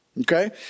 okay